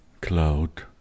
cloud